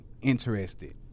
interested